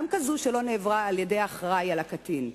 גם כזאת שלא נעברה על-ידי האחראי על הקטין.